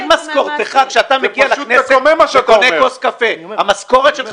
כשאתה מגיע לכנסת וקונה כוס קפה,